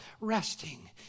resting